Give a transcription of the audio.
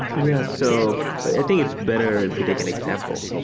yeah so i think it's better if you take an example,